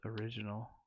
original